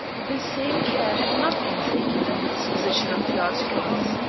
the same care had not been taken in the disposition of the articles.